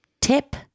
tip